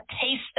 taste